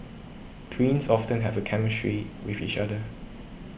twins often have a chemistry with each other